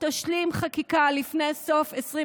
תשלים חקיקה לפני סוף 2022,